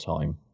time